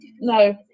No